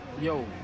Yo